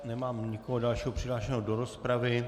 Nemám nikoho dalšího přihlášeného do rozpravy.